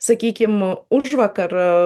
sakykim užvakar